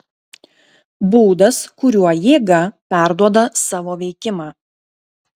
būdas kuriuo jėga perduoda savo veikimą